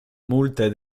multe